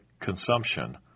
consumption